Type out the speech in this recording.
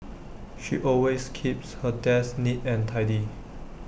she always keeps her desk neat and tidy